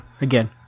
again